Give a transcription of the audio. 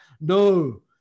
no